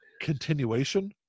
continuation